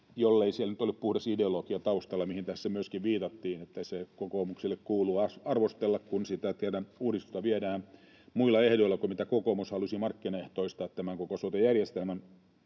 ollut taustalla puhdas ideologia, johon tässä myöskin viitattiin, eli että kokoomuksen kuuluu arvostella, kun sitä teidän uudistustanne viedään muilla ehdoilla kuin mitä kokoomus halusi — markkinaehtoistaa tämän koko sote-järjestelmän.